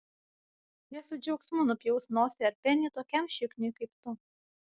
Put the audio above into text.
jie su džiaugsmu nupjaus nosį ar penį tokiam šikniui kaip tu